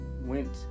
went